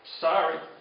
Sorry